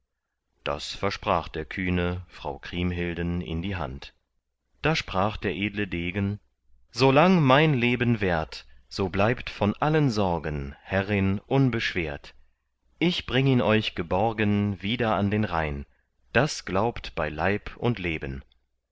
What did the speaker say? da versprach der kühne frau kriemhilden in die hand da sprach der edle degen so lang mein leben währt so bleibt von allen sorgen herrin unbeschwert ich bring ihn euch geborgen wieder an den rhein das glaubt bei leib und leben